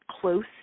close